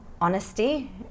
honesty